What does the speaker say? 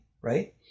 right